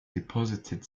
deposited